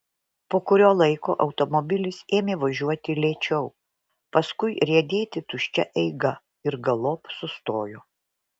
po kurio laiko automobilis ėmė važiuoti lėčiau paskui riedėti tuščia eiga ir galop sustojo